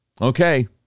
Okay